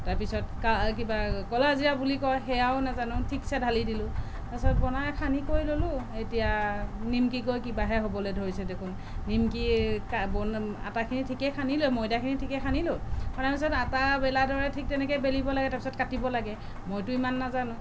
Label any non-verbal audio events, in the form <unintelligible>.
তাৰপিছত কিবা ক'লা জিৰা বুলি কয় সেয়াও নাজানো ঠিকছে ঢালি দিলোঁ তাৰপিছত বনাই সানি কৰি ল'লোঁ এতিয়া নিমকি গৈ কিবাহে হ'বলৈ ধৰিছে দেখোন নিমকিৰ <unintelligible> আটাখিনি ঠিকে সানিলোৱে ময়দাখিনি ঠিকে সানিলোঁ সনাৰ পিছত আটা বেলাৰ দৰে ঠিক তেনেকৈয়ে বেলিব লাগে তাৰপিছত কাটিব লাগে মইতো ইমান নাজানো